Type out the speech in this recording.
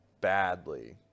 badly